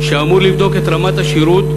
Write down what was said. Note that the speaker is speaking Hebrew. שאמור לבדוק את רמת השירות,